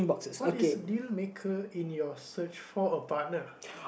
what is dealmaker in your search for a partner